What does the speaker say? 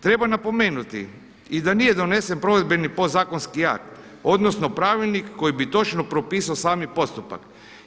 Treba napomenuti i da nije donesen provedbeni podzakonski akt odnosno pravilnik koji bi točno propisao sami postupak.